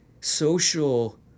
social